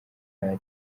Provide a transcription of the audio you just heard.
nta